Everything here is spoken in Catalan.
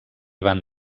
van